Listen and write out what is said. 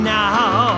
now